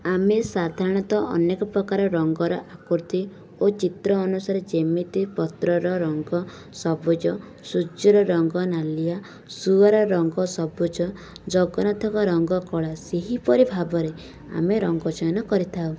ଆମେ ସାଧାରଣତଃ ଅନେକ ପ୍ରକାର ରଙ୍ଗର ଆକୃତି ଓ ଚିତ୍ର ଅନୁସାରେ ଯେମିତି ପତ୍ରର ରଙ୍ଗ ସବୁଜ ସୂର୍ଯ୍ୟର ରଙ୍ଗ ନାଲିଆ ଶୁଆର ରଙ୍ଗ ସବୁଜ ଜଗନ୍ନାଥଙ୍କ ରଙ୍ଗ କଳା ସେହିପରି ଭାବରେ ଆମେ ରଙ୍ଗ ଚୟନ କରିଥାଉ